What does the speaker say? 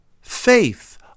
faith